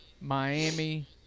Miami